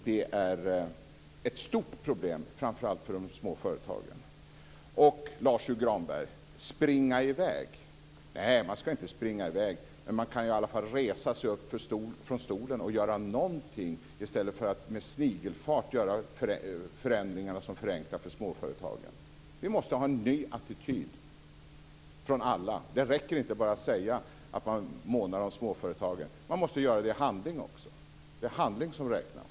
Det är ett stort problem, framför allt för de små företagen. Och så till detta, Lars U Granberg, med att "springa i väg". Nej, man skall inte springa i väg. Men man kan i alla fall resa sig upp från stolen och göra någonting i stället för att med snigelfart genomföra de förändringar som förenklar för småföretagen. Vi måste ha en ny attityd från alla. Det räcker inte att bara säga att man månar om småföretagen. Man måste göra det i handling också. Det är handling som räknas.